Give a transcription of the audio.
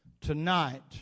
tonight